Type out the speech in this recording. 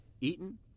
Eaton